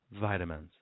vitamins